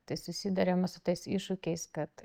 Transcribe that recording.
tai susiduriama su tais iššūkiais kad